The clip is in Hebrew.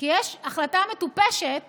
כי יש החלטה מטופשת